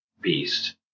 Beast